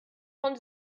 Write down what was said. von